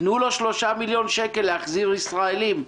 תנו לו 3 מיליון שקלים להחזיר ישראלים.